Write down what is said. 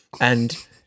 and-